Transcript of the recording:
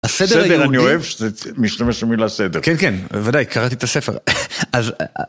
סדר, אני אוהב שאתה משתמש במילה סדר. כן, כן, ודאי, קראתי את הספר.